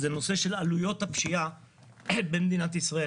זה נושא של עלויות הפשיעה במדינת ישראל.